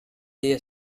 día